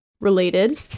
related